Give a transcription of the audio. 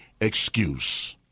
excuse